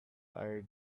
eyed